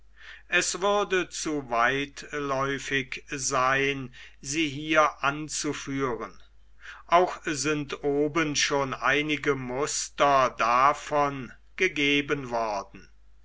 es würde zu weitläufig sein sie hier anzuführen auch sind oben schon einige muster davon gegeben worden